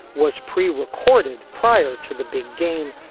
was prerecorded prior to the big game,